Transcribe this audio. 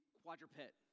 quadruped